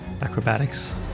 Acrobatics